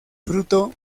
fruto